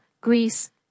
Greece